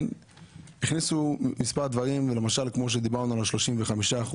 הכניסו מספר דברים, למשל כמו שדיברנו על ה-35%,